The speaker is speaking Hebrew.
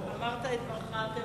אמרת את דבריך.